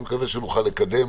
אני מקווה שנוכל לקדם